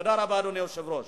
תודה רבה, אדוני היושב-ראש.